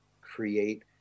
create